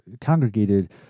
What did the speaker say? congregated